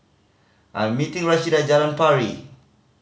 I'm meeting Rashida at Jalan Pari